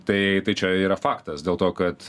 tai čia yra faktas dėl to kad